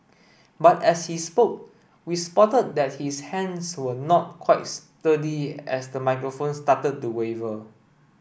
but as he spoke we spotted that his hands were not quite sturdy as the microphone started to waver